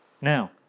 Now